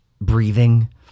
breathing